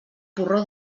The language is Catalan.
porró